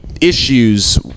issues